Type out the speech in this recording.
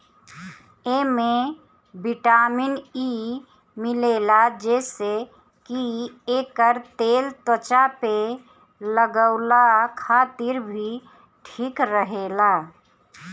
एमे vitamin E मिलेला जेसे की एकर तेल त्वचा पे लगवला खातिर भी ठीक रहेला